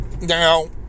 Now